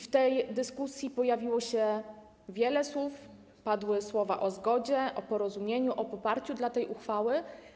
W tej dyskusji pojawiło się wiele słów, padły słowa o zgodzie, o porozumieniu, o poparciu dla tej uchwały.